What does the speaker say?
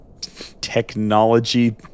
technology